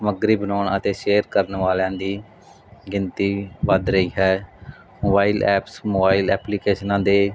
ਸਮੱਗਰੀ ਬਣਾਉਣ ਅਤੇ ਸ਼ੇਅਰ ਕਰਨ ਵਾਲਿਆਂ ਦੀ ਗਿਣਤੀ ਵੱਧ ਰਹੀ ਹੈ ਮੋਬਾਈਲ ਐਪਸ ਮੋਬਾਈਲ ਐਪਲੀਕੇਸ਼ਨਾਂ ਦੇ